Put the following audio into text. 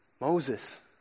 Moses